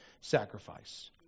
sacrifice